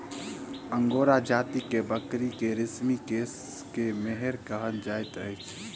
angora जाति के बकरी के रेशमी केश के मोहैर कहल जाइत अछि